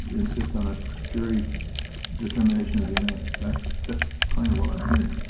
insist on a jury determination of the amount. that's kind of what i'm hearing.